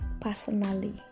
Personally